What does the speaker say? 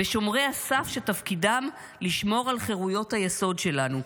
בשומרי הסף שתפקידם לשמור על חירויות היסוד שלנו,